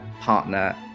partner